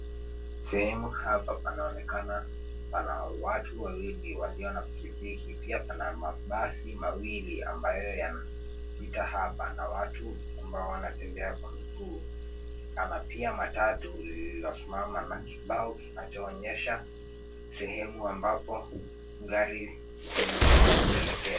Sehemu hapa panaonekana pana watu wawili waliona pikipiki. Pia pana mabasi mawili ambayo yanapita hapa na watu ambao wanatembea kwa miguu na pia matatu lililosimama na kibao kinachoonyesha sehemu ambapo gari zinaweza kuelekea.